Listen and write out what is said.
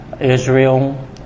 Israel